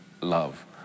love